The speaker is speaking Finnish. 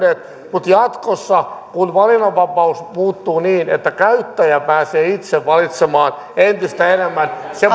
mutta jatkossa kun valinnanvapaus muuttuu niin että käyttäjä pääsee itse valitsemaan entistä enemmän se